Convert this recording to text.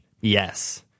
Yes